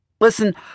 Listen